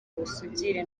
ubusugire